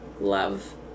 love